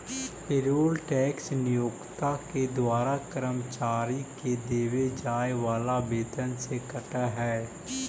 payroll tax नियोक्ता के द्वारा कर्मचारि के देवे जाए वाला वेतन से कटऽ हई